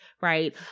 right